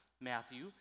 Matthew